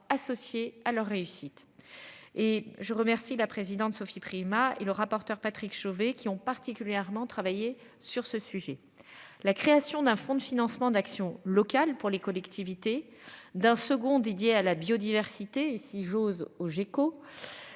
associé à leur réussite et je remercie la présidente Sophie Primas et le rapporteur Patrick Chauvet qui ont pas. Particulièrement travaillé sur ce sujet. La création d'un fonds de financement d'actions locales pour les collectivités d'un second Didier à la biodiversité et si j'ose au